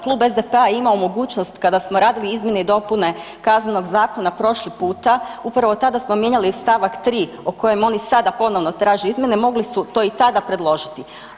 Klub SDP-a je imao mogućnost kada smo radili izmjene i dopune Kaznenog zakona prošli puta, upravo tada smo mijenjali stavak 3. o kojem oni sada ponovno traže izmjene, mogli su to i tada predložiti.